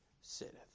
sitteth